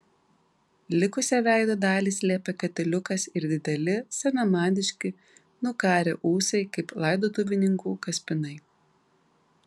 likusią veido dalį slėpė katiliukas ir dideli senamadiški nukarę ūsai kaip laidotuvininkų kaspinai